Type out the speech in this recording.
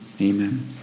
Amen